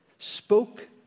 spoke